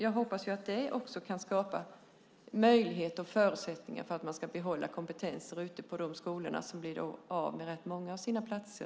Jag hoppas att det också kan skapa möjlighet och förutsättningar för att man ska behålla kompetensen ute på de skolor som blir av med rätt många av sina platser.